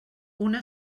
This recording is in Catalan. una